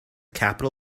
capital